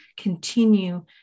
continue